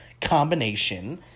combination